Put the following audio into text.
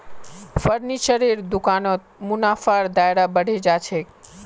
फर्नीचरेर दुकानत मुनाफार दायरा बढ़े जा छेक